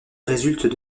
résultent